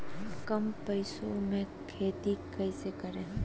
कम पैसों में खेती कैसे करें?